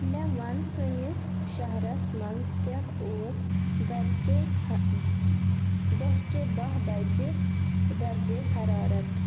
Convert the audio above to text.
مےٚ ون سٲنِس شہرس منٛز کیاہ اُوس درجہِ دُہچِہ باہہِ بجِہ درجے حرارت